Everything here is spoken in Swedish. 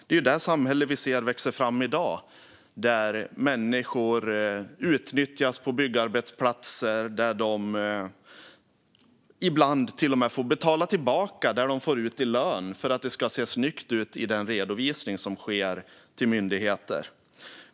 Vi ser ett samhälle som växer fram i dag där människor utnyttjas på byggarbetsplatser och ibland till och med får betala tillbaka det som de får ut i lön för att det ska se snyggt ut i den redovisning som sker till myndigheter.